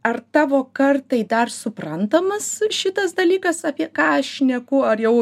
ar tavo kartai dar suprantamas šitas dalykas apie ką aš šneku ar jau